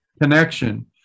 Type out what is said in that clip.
connection